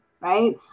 right